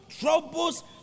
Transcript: troubles